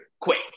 quick